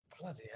Bloody